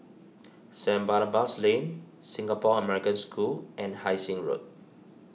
Saint Barnabas Lane Singapore American School and Hai Sing Road